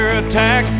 attack